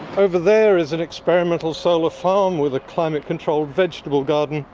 over there is an experimental solar farm with a climate-controlled vegetable garden,